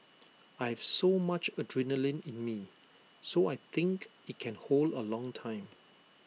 I have so much adrenaline in me so I think IT can hold A long time